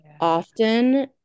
often